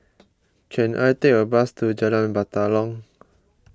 can I take a bus to Jalan Batalong